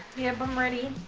yup i'm ready.